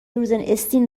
روزناستین